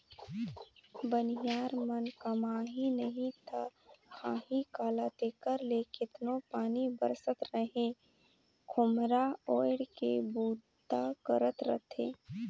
बनिहार मन कमाही नही ता खाही काला तेकर ले केतनो पानी बरसत रहें खोम्हरा ओएढ़ के बूता करत रहथे